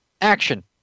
action